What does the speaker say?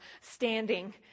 standing